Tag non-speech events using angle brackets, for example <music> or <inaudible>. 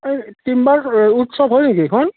এই <unintelligible> হয় নেকি এইখন